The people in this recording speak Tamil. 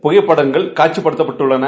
புகைப்படங்கள் காட்சிப்படுத்தப்பட்டுள்ளன